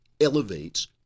elevates